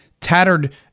tattered